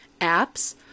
apps